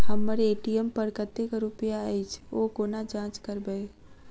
हम्मर ए.टी.एम पर कतेक रुपया अछि, ओ कोना जाँच करबै?